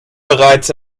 bereits